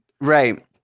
Right